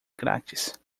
grátis